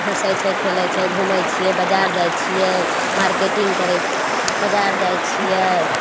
हँसय छै खेलय छै घुमय छियै बजार जाइ छियै मार्केटिंग करय बजार जाइ छियै